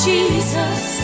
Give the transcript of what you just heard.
Jesus